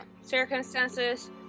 circumstances